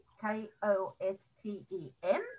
K-O-S-T-E-M